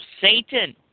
Satan